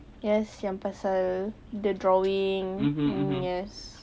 yes yang pasal the drawing mm yes